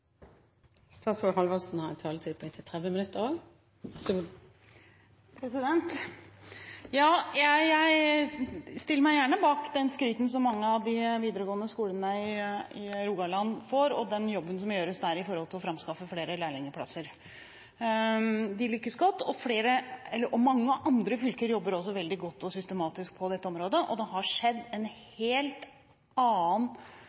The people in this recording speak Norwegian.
Jeg stiller meg gjerne bak det skrytet som mange av de videregående skolene i Rogaland får, og den jobben som gjøres der når det gjelder å framskaffe flere lærlingplasser. De lykkes godt. Mange andre fylker jobber også veldig godt og systematisk på dette området, og det har blitt en helt annen